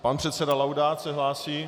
Pan předseda Laudát se hlásí?